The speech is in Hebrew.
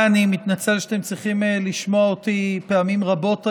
מתנצל על שאתם צריכים לשמוע אותי פעמים רבות היום,